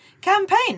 campaign